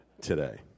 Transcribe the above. today